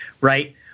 Right